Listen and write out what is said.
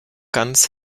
ganz